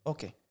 Okay